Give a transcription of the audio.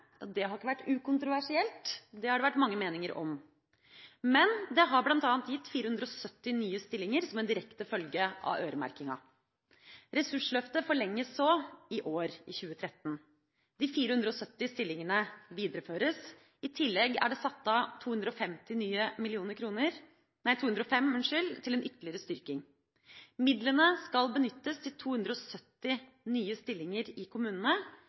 Det har ikke vært ukontroversielt – det har vært mange meninger om det. Men en direkte følge av øremerkinga har bl.a. vært 470 nye stillinger. Ressursløftet forlenges i år – i 2013 – og de 470 stillingene videreføres. I tillegg er nye 205 mill. kr. satt av til en ytterligere styrking. Midlene skal benyttes i kommunene til 270 nye stillinger,